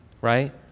Right